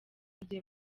igihe